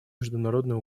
международный